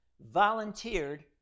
volunteered